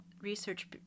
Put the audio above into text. research